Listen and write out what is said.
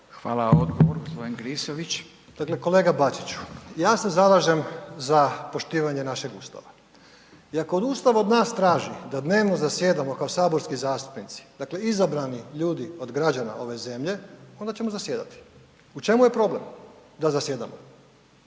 **Klisović, Joško (SDP)** Dakle kolega Bačiću, ja se zalažem za poštivanje našeg Ustava i ako Ustav od nas traži da dnevno zasjedamo kao saborski zastupnici, dakle izabrani ljudi od građana ove zemlje onda ćemo zasjedati. U čemu je problem da zasjedamo?